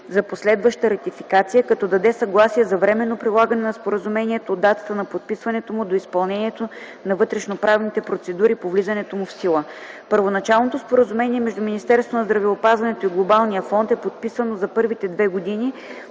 за последваща ратификация, като даде съгласие за временно прилагане на споразумението от датата на подписването му до изпълнението на вътрешноправните процедури по влизането му в сила. Първоначалното споразумение между Министерството на здравеопазването и Глобалния фонд е подписано за първите две години